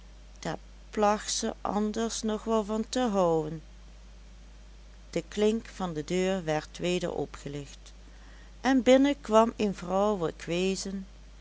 placht ze anders nog wel van te houën de klink van de deur werd weder opgelicht en binnen kwam een vrouwelijk wezen